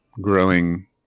growing